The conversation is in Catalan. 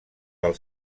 del